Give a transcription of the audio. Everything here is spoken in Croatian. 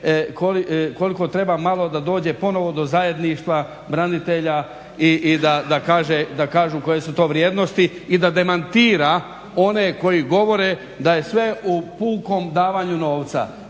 koliko treba malo da dođe ponovno do zajedništva branitelja i da kažu koje su to vrijednosti i da demantira one koji govore da je sve u pukom davanju novca.